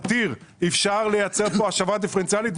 אפשר לייצר פה השבה דיפרנציאלית.